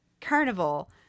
carnival